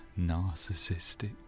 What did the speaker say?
narcissistic